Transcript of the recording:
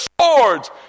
swords